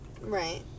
Right